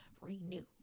renew